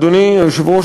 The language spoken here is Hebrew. אדוני היושב-ראש,